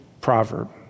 proverb